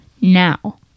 Now